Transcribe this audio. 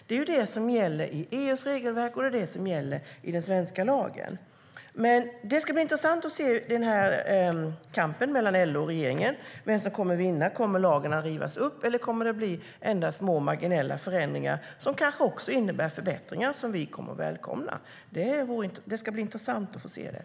Det är detta som gäller enligt EU:s regelverk och enligt den svenska lagen.